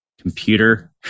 computer